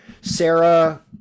Sarah